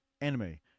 anime